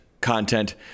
content